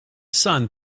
sun